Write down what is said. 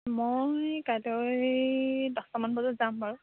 মই কাইলৈ দহটামান বজাত যাম বাৰু